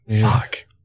Fuck